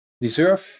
deserve